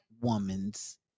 woman's